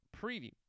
preview